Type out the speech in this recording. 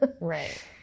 Right